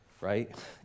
right